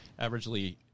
averagely